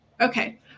Okay